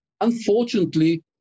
Unfortunately